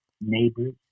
neighbors